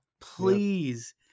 Please